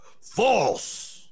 False